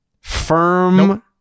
firm